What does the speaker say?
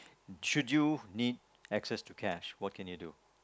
should you need access to cash what can you do